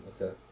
Okay